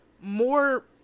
more